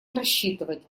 рассчитывать